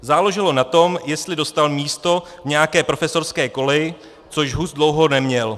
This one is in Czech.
Záleželo na tom, jestli dostal místo v nějaké profesorské koleji, což Hus dlouho neměl.